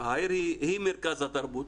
העיר היא מרכז התרבות.